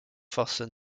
forces